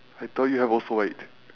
I thought you have also right